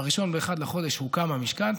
באחד לחודש הוקם המקדש.